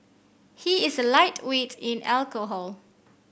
he is a lightweight in alcohol